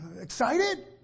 Excited